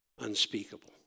unspeakable